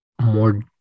more